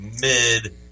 mid